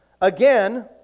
Again